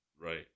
Right